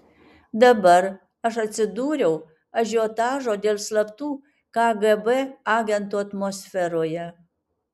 dabar aš atsidūriau ažiotažo dėl slaptų kgb agentų atmosferoje